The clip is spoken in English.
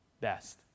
best